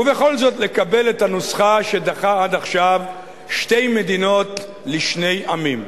ובכל זאת לקבל את הנוסחה שדחה עד עכשיו: שתי מדינות לשני עמים.